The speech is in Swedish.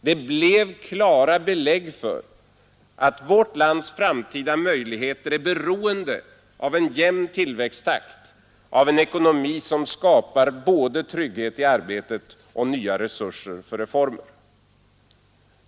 Det blev klara belägg för att vårt lands framtida möjligheter är beroende av en jämn tillväxttakt, av en ekonomi som skapar både trygghet i arbetet och nya resurser för reformer.